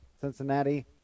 Cincinnati